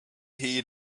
heat